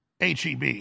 HEB